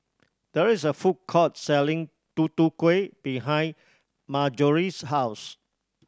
there is a food court selling Tutu Kueh behind Marjory's house